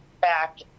back